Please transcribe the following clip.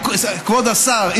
כבוד השר,